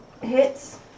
Hits